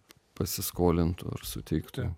pasiskolintų ar suteiktų